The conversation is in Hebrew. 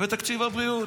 ובתקציב הבריאות.